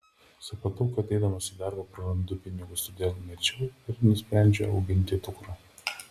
supratau kad eidamas į darbą prarandu pinigus todėl mečiau ir nusprendžiau auginti dukrą